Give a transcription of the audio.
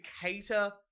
cater